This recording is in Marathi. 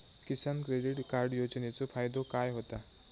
किसान क्रेडिट कार्ड योजनेचो फायदो काय होता?